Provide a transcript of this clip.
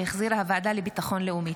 שהחזירה הוועדה לביטחון לאומי.